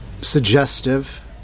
Suggestive